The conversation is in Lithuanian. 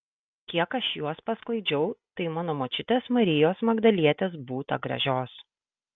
kiek aš juos pasklaidžiau tai mano močiutės marijos magdalietės būta gražios